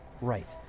Right